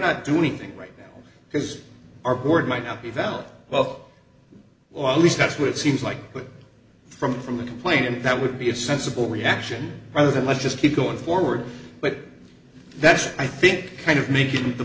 not do anything right because our board might not be valid well or least that's what it seems like from from the complaint and that would be a sensible reaction rather than let's just keep going forward but that's i think kind of making the